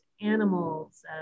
animals